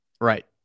Right